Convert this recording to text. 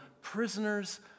prisoners